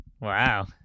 Wow